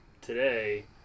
today